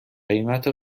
قیمت